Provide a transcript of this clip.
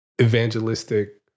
evangelistic